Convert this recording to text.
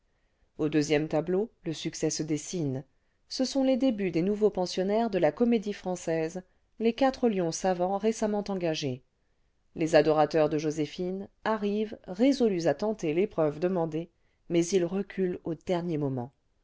au deuxième tableau le succès se dessine ce sont les débuts des nouveaux pensionnaires de la comédie-française les quatre lions savants récemment engagés les adorateurs cle joséphine arrivent résolus à tenter l'épreuve demandée mais ils reculent au dernier moment